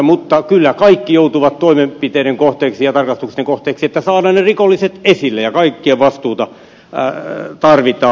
mutta kyllä kaikki joutuvat toimenpiteiden kohteeksi ja tarkastuksen kohteeksi että saadaan ne rikolliset esille ja kaikkien vastuuta tarvitaan